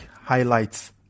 highlights